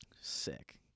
Sick